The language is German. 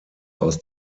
aus